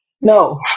no